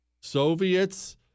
Soviets